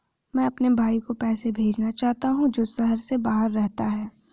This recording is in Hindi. मैं अपने भाई को पैसे भेजना चाहता हूँ जो शहर से बाहर रहता है